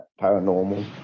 paranormal